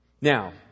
Now